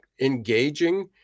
engaging